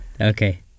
Okay